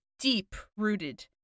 deep-rooted